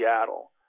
Seattle